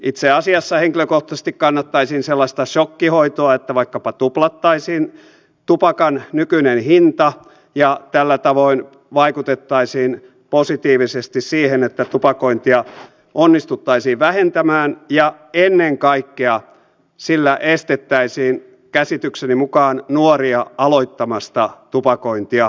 itse asiassa henkilökohtaisesti kannattaisin sellaista sokkihoitoa että vaikkapa tuplattaisiin tupakan nykyinen hinta ja tällä tavoin vaikutettaisiin positiivisesti siihen että tupakointia onnistuttaisiin vähentämään ja ennen kaikkea sillä estettäisiin käsitykseni mukaan nuoria aloittamasta tupakointia